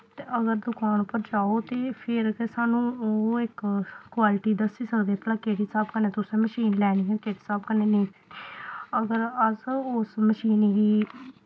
ते अगर दकान उप्पर जाओ ते फिर गै सानूं ओह् इक क्वालिटी दस्सी सकदे भला केह्ड़े स्हाब कन्नै तुस मशीन लैनी केह्ड़े स्हाब कन्नै नेईं अगर अस उस मशीन गी